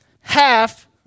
half